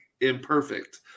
imperfect